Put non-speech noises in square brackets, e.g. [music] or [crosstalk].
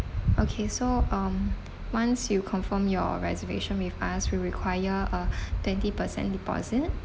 okay so um once you confirm your reservation with us we require uh [breath] twenty percent deposit